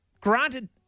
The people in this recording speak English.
granted